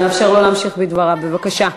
נאפשר לו להמשיך בדבריו, בבקשה.